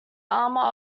armour